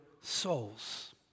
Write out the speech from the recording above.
souls